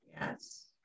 yes